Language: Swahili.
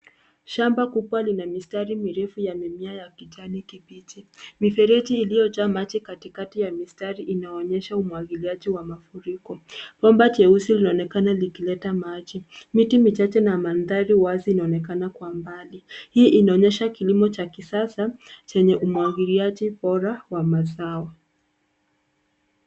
Shamba kubwa lina mistari mirefu ya mimea ya kijani kibichi. Mifereji iliyojaa maji katikati ya mistari inaonyesha umwagiliaji wa mafuriko. Bomba jeusi linaonekana likileta maji. Miti michache na mandhari wazi inaonekana kwa mbali. Hii inaonyesha kilimo cha kisasa chenye umwagiliaji bora wa mazao.